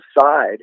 side